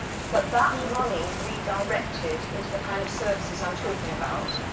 but that money redirected into the kind of services i'm talking about